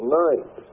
night